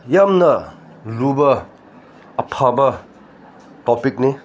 ꯌꯥꯝꯅ ꯂꯨꯕ ꯑꯐꯕ ꯇꯣꯄꯤꯛꯅꯤ